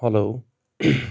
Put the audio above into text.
hello